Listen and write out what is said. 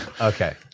okay